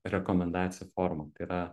rekomendacijų formom tai yra